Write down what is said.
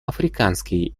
африканский